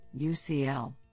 UCL